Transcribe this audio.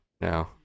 no